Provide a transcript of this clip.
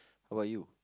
how about you